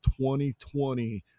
2020